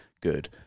good